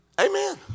Amen